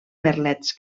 merlets